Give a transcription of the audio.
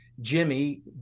Jimmy